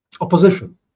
opposition